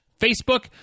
Facebook